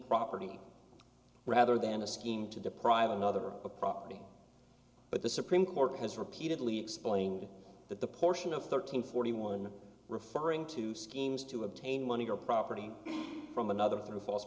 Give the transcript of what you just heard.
property rather than a scheme to deprive another of property but the supreme court has repeatedly explained that the portion of thirteen forty one referring to schemes to obtain money or property from another through false